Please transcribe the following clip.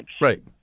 Right